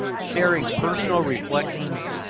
sharing personal reflections,